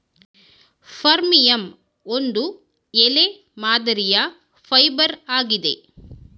ಫರ್ಮಿಯಂ ಒಂದು ಎಲೆ ಮಾದರಿಯ ಫೈಬರ್ ಆಗಿದೆ